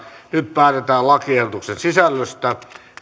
nyt päätetään lakiehdotuksen sisällöstä